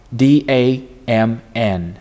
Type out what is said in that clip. d-a-m-n